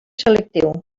selectiu